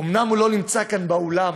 אומנם הוא לא נמצא כאן באולם,